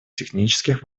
технических